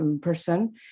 person